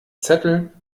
zettel